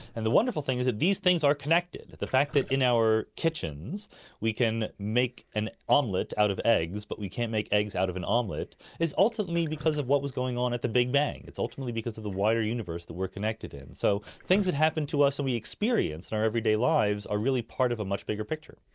and the wonderful thing is that these things are connected. the fact that in our kitchens we can make an omelette out of eggs but we can't make eggs out of an omelette is ultimately because of what was going on at the big bang, it's ultimately because of the wider universe that we're connected in. so things that happen to us that and we experience in our everyday lives are really part of a much bigger picture.